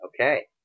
Okay